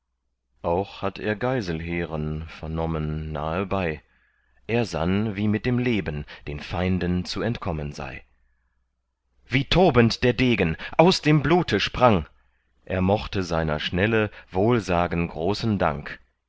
auch hatt er geiselheren vernommen nahebei er sann wie mit dem leben den feinden zu entkommen sei wie tobend der degen aus dem blute sprang er mochte seiner schnelle wohl sagen großen dank